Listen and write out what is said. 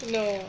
no